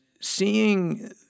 seeing